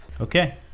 Okay